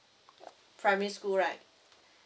primary school right